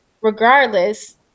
regardless